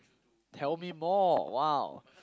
tell me more !wow!